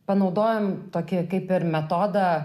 panaudojom tokį kaip ir metodą